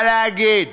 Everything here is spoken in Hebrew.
זה בא להגיד